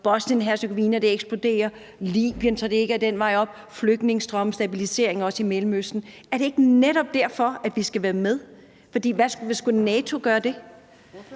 Bosnien-Hercegovina eksploderer; Libyen, så det ikke er den vej op; flygtningestrømme; stabilisering; også i Mellemøsten. Er det ikke netop derfor, at vi skal være med? For skulle NATO gøre det? Kl.